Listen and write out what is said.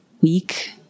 week